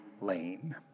lane